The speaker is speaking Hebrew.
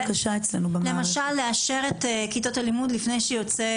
למשל לאשר את כיתות הלימוד לפני שיוצאת